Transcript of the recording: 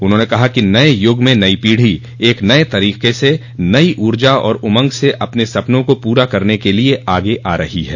उन्होंने कहा कि नए युग में नई पीढ़ी एक नए तरीके से नई ऊर्जा और उमंग से अपने सपनों को पूरा करने के लिए आगे आ रही है